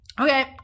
Okay